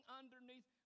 underneath